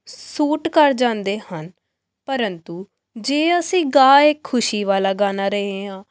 suit ਕਰ ਜਾਂਦੇ ਹਨ ਪਰੰਤੂ ਜੇ ਅਸੀਂ ਗਾ ਇੱਕ ਖੁਸ਼ੀ ਵਾਲਾ ਗਾਣਾ ਰਹੇ ਹਾਂ